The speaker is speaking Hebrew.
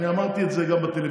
אני אמרתי את זה גם בטלוויזיה.